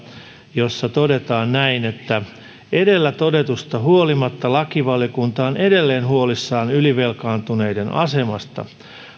jossa todetaan edellä todetusta huolimatta lakivaliokunta on edelleen huolissaan ylivelkaantuneiden asemasta